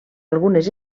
algunes